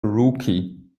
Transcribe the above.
rookie